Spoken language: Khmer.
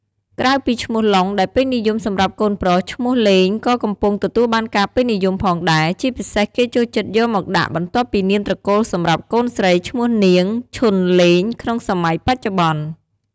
ក្រៅពីឈ្មោះ "ឡុង" ដែលពេញនិយមសម្រាប់កូនប្រុស ឈ្មោះ "ឡេង" ក៏កំពុងទទួលបានការពេញនិយមផងដែរ ជាពិសេសគេចូលចិត្តយកមកដាក់ បន្ទាប់ពីនាមត្រកូលសម្រាប់ កូនស្រី ឈ្មោះ នាង ឈុនឡេង ក្នុងសម័យបច្ចុប្បន្ន។